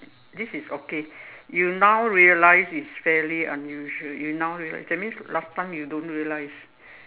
this is okay you now realize is fairly unusual you now realize that means last time you don't realize